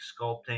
sculpting